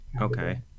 Okay